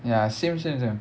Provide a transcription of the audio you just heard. ya same same same